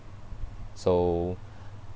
so